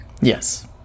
yes